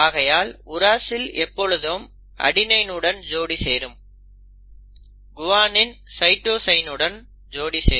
ஆகையால் உராசில் எப்பொழுதும் அடெனினுடன் ஜோடி சேரும் குவானின் சைட்டோசினுடன் ஜோடி சேரும்